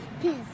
peace